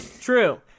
True